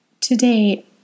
Today